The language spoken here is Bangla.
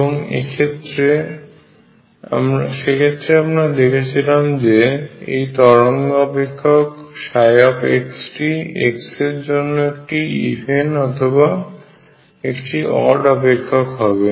এবং সেক্ষেত্রে আমরা দেখেছিলাম যে এই তরঙ্গ অপেক্ষক ψ টি x এর জন্য একটি ইভেন অথবা একটি অড অপেক্ষক হবে